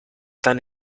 tan